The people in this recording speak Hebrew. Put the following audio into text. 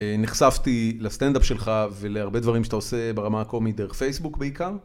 נחשפתי לסטנדאפ שלך ולהרבה דברים שאתה עושה ברמה הקומית דרך פייסבוק בעיקר.